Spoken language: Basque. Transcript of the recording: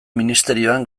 ministerioan